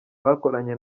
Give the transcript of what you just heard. bakoranye